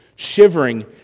Shivering